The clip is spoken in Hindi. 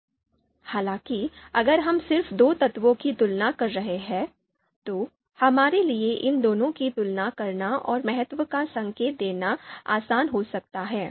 हालांकि अगर हम सिर्फ दो तत्वों की तुलना कर रहे हैं तो हमारे लिए इन दोनों की तुलना करना और महत्व का संकेत देना आसान हो सकता है